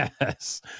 Yes